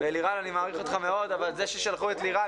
ולירן אני מעריך אותך מאוד אבל זה ששלחו את לירן